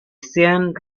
sean